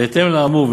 בהתאם לאמור,